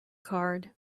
card